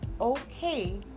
okay